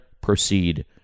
proceed